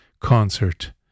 concert